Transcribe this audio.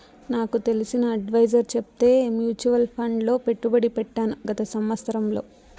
నాకు తెలిసిన అడ్వైసర్ చెప్తే మూచువాల్ ఫండ్ లో పెట్టుబడి పెట్టాను గత సంవత్సరంలో